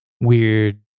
weird